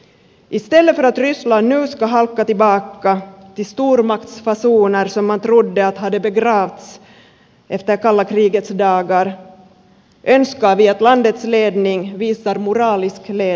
i stället för att ryssland nu ska halka tillbaka till stormaktsfasoner som man trodde att hade begravts efter kalla krigets dagar önskar vi att landets ledning visar moralisk resning